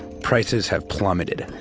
prices have plummeted.